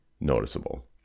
noticeable